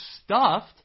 stuffed